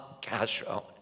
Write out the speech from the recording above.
Castro